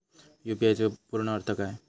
UPI चो पूर्ण अर्थ काय?